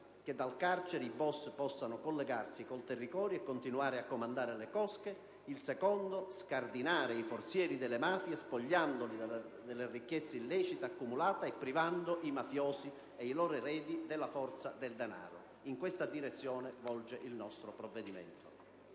che dal carcere i boss possano collegarsi col territorio e continuare a comandare le cosche; - scardinare i forzieri delle mafie spogliandole della ricchezza illecita accumulata e privando i mafiosi e i loro eredi della forza del denaro. **Integrazione alla relazione